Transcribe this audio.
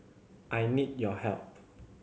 I need your help